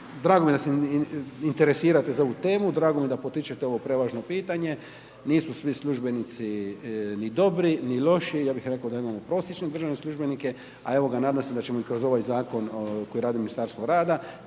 drago mi je da se interesirate za ovu temu, drago mi je da potičete ovo prevažno pitanje, nisu svi službenici ni dobri, ni loši, ja bih reko da imamo prosječne državne službenike, a evo ga nadam se da ćemo i kroz ovaj zakon koji radi Ministarstvo rada,